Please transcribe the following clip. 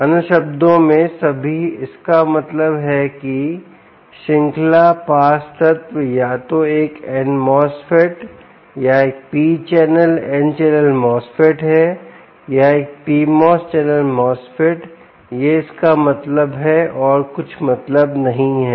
अन्य शब्दों में सभी इसका मतलब हैकि श्रृंखला पास तत्व या तो एक NMOSFET या एक p channel n channel MOSFET है या एक PMOS चैनल MOSFET यह इसका मतलब है और कुछ मतलब नहीं है